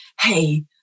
hey